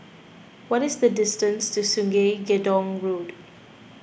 what is the distance to Sungei Gedong Road